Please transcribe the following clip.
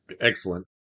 Excellent